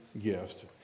gift